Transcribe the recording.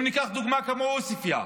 אם ניקח לדוגמה את עוספיא,